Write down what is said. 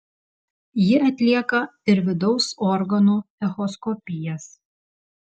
ji atlieka ir vidaus organų echoskopijas